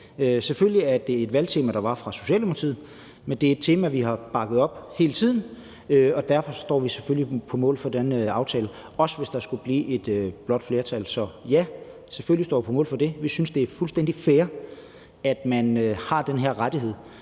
Selvfølgelig var det et valgtema fra Socialdemokratiets side, men det er et tema, som vi har bakket op hele tiden, og derfor står vi selvfølgelig på mål for den aftale, også hvis der skulle blive et blåt flertal. Så ja, selvfølgelig står vi på mål for det. Vi synes, det er fuldstændig fair, at man har den her rettighed.